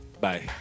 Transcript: Bye